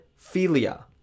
philia